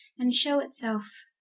and shew it selfe,